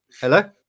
Hello